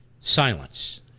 Silence